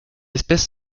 espèce